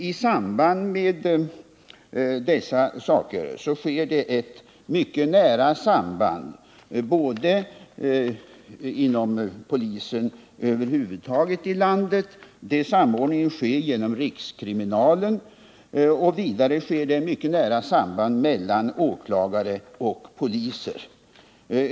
I samband med nämnda åtgärder sker ett mycket nära samarbete inom polisen över huvud taget i landet. Den samordningen sker genom rikskriminalen. Vidare sker ett mycket nära samarbete mellan åklagare och polis.